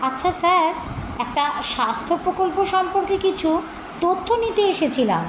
আচ্ছা স্যার একটা স্বাস্থ্য প্রকল্প সম্পর্কে কিছু তথ্য নিতে এসেছিলাম